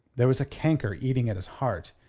there was a canker eating at his heart,